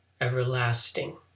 everlasting